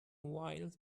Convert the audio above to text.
while